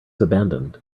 abandoned